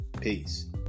peace